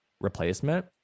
replacement